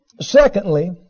Secondly